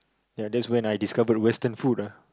ya that's when I discovered Western food lah